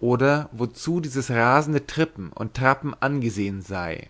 oder worzu dieses rasende trippen und trappen angesehen sei